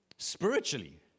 Spiritually